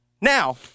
Now